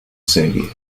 serie